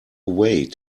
wait